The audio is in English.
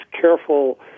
careful